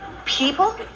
People